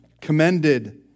commended